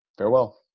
Farewell